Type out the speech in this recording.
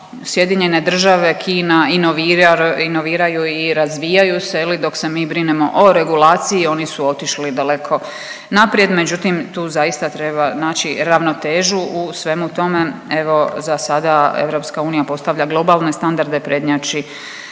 Sjedinjene države i Kina inoviraju i razvijaju se je li dok se mi brinemo o regulaciji oni su otišli daleko naprijed, međutim tu zaista treba naći ravnotežu u svemu tome. Evo za sada EU postavlja globalne standarde i prednjači